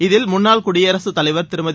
இதில் முன்னாள் குடியரசுத் தலைவர் திருமதி